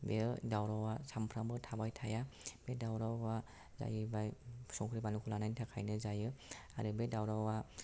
बेयो दावरावआ सानफ्रोमबो थाबाय थाया बे दावरावआ जायोबा संख्रि बान्लुखौ लानायनि थाखायनो जायो आरो बे दावरावआ